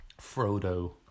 Frodo